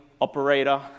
operator